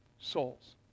souls